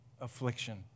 affliction